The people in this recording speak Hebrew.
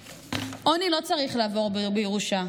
עוני לא צריך לעבור בירושה,